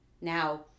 Now